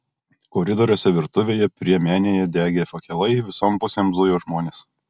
koridoriuose virtuvėje priemenėje degė fakelai visom pusėm zujo žmonės